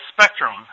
Spectrum